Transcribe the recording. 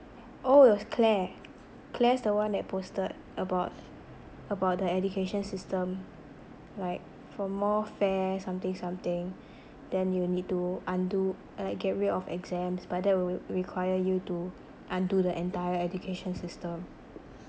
oh it was claire claire's the one that posted about about the education system like for more fair something something then you need to undo like get rid of exams but that would require you to undo the entire education system